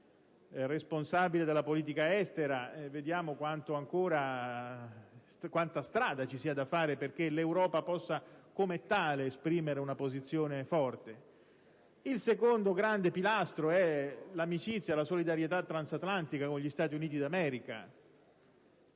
del responsabile della politica estera, vediamo ancora quanta strada ci sia da fare perché l'Europa possa, come tale, esprimere una posizione forte. Il secondo grande pilastro è l'amicizia, la solidarietà transatlantica con gli Stati Uniti d'America.